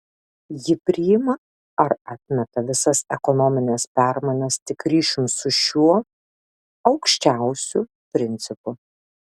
ji priima ar atmeta visas ekonomines permainas tik ryšium su šiuo aukščiausiu principu